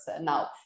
now